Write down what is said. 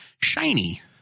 shiny